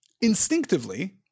Instinctively